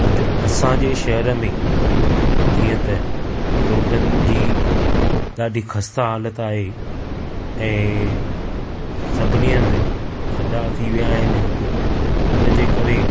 अॼु असां जे शहर में जीअं त रोडनि जी ॾाढी ख़स्ता हालत आहे ऐं सभिनी हंध खॾा थी विया आहिनि उन जे करे